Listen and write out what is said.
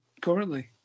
currently